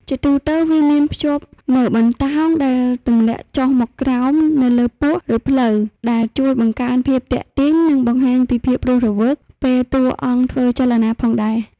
ជាទូទៅវាមានភ្ជាប់នូវបន្តោង ដែលទម្លាក់ចុះមកក្រោមនៅលើពោះ ឬភ្លៅ ដែលជួយបង្កើនភាពទាក់ទាញ និងបង្ហាញពីភាពរស់រវើកពេលតួអង្គធ្វើចលនាផងដែរ។